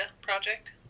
project